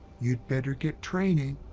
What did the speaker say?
you'd better get training.